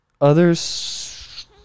others